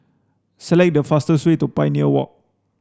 select the fastest way to Pioneer Walk